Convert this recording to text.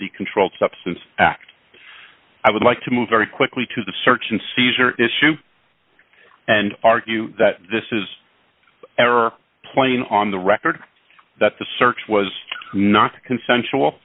the controlled substance act i would like to move very quickly to the search and seizure issue and argue that this is playing on the record that the search was not consensual